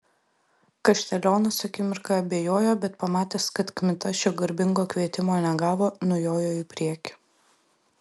kaštelionas akimirką abejojo bet pamatęs kad kmita šio garbingo kvietimo negavo nujojo į priekį